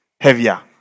heavier